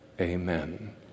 Amen